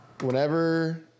whenever